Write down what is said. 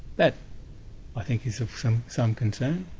that i think is of some some concern.